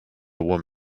woman